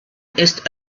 ist